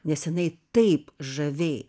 nes jinai taip žaviai